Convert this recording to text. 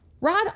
Rod